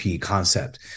concept